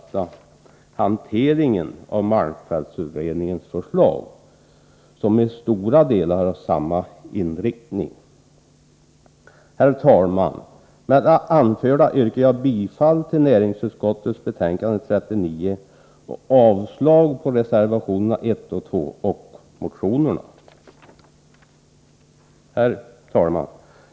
Herr talman! Med det anförda yrkar jag bifall till näringsutskottets hemställan i betänkande 39 och avslag på reservationerna 1 och 2 samt på motionerna.